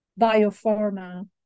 biopharma